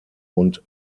und